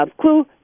Clue